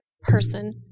person